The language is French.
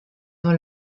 dans